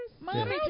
Mommy